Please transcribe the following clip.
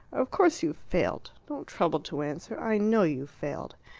of course you've failed don't trouble to answer i know you've failed.